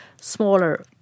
smaller